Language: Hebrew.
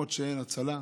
למקומות שאין בהם הצלה.